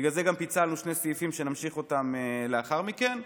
ובגלל זה גם פיצלנו שני סעיפים שנמשיך אותם גם לאחר מכן.